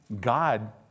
god